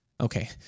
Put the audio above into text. Okay